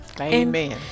Amen